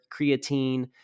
creatine